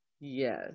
yes